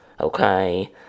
Okay